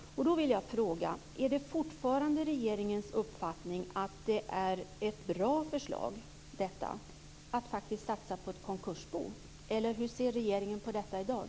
Då vill jag fråga: Är det fortfarande regeringens uppfattning att detta är ett bra förslag att satsa på ett konkursbo, eller hur ser regeringen på detta i dag?